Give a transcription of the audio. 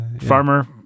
farmer